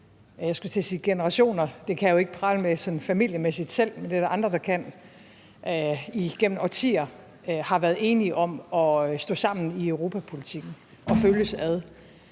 jeg skulle til at sige generationer, og det kan jeg jo ikke prale med sådan familiemæssigt selv – det er der andre der kan – men så igennem årtier har været enige om at stå sammen i europapolitikken og følges ad.